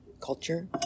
culture